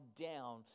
down